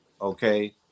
okay